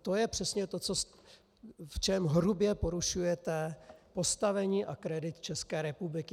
To je přesně to, v čem hrubě porušujete postavení a kredit České republiky.